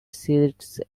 seats